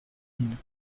ببینم